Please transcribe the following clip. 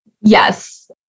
yes